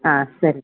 ಹಾಂ ಸರಿ